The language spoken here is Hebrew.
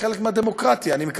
זה חלק מהדמוקרטיה,